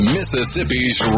Mississippi's